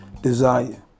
desire